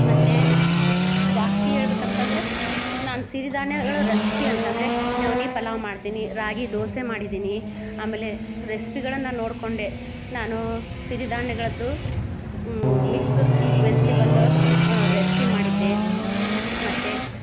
ಮತ್ತು ಜಾಸ್ತಿ ಹೇಳ್ಬೇಕು ಅಂತಂದರೆ ನಾನು ಸಿರಿ ಧಾನ್ಯಗಳ ರೆಸ್ಪಿ ಅಂತಂದರೆ ನವ್ಣೆ ಪಲಾವ್ ಮಾಡ್ತೀನಿ ರಾಗಿ ದೋಸೆ ಮಾಡಿದ್ದೀನಿ ಆಮೇಲೆ ರೆಸ್ಪಿಗಳನ್ನು ನೋಡಿಕೊಂಡೆ ನಾನು ಸಿರಿ ಧಾನ್ಯಗಳದ್ದು ಮಿಕ್ಸ್ ವೆಜಿಟೇಬಲ್ ರೆಸ್ಪಿ ಮಾಡಿದ್ದೆ ಮತ್ತು